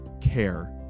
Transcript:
care